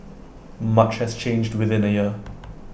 much has changed within A year